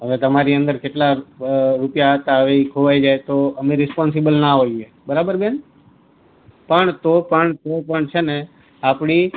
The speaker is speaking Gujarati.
અને તમારી અંદર કેટલા રૂપિયા હતા એ ખોવાઈ જાય તો અમે રિસ્પોન્સિબલ ના હોઈએ બરાબર બેન પણ તોપણ છેને આપણી